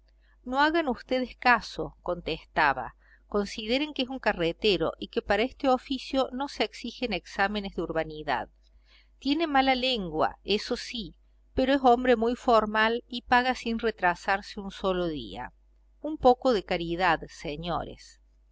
no hagan ustedes caso contestaba consideren que es un carretero y que para este oficio no se exigen exámenes de urbanidad tiene mala lengua eso sí pero es hombre muy formal y paga sin retrasarse un solo día un poco de caridad señores